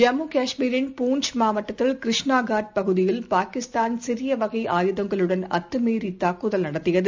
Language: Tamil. ஜம்முகாஷ்மீரின் பூஞ்ச் மாவட்டத்தில் கிருஷ்ணாகட் பகுதியில் பாகிஸ்தான் சிறியவகை ஆயுதங்களுடன் அத்துமீறிதாக்குதல் நடத்தியது